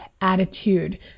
attitude